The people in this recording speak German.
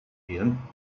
ehen